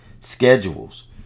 schedules